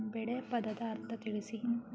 ಬೆಳೆ ಪದದ ಅರ್ಥ ತಿಳಿಸಿ?